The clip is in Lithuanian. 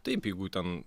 taip jeigu ten